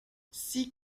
six